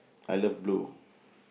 I love blue